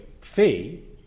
fee